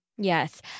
Yes